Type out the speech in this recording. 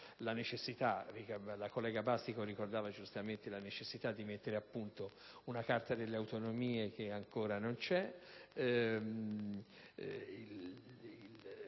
istituzionale: la collega Bastico ricordava giustamente la necessità di mettere a punto una Carta delle autonomie, che ancora non c'è;